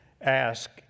ask